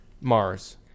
Mars